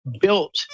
built